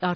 R